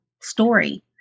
story